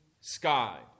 sky